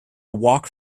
walk